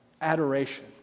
Adoration